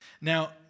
Now